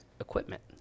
equipment